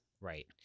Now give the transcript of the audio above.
right